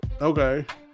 Okay